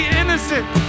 innocent